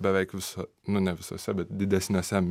beveik visoj nu ne visuose bet didesniuose